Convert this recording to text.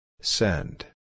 Send